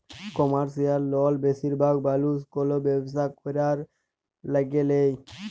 commercial লল বেশিরভাগ মালুস কল ব্যবসা ক্যরার ল্যাগে লেই